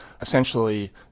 essentially